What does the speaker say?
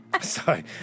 Sorry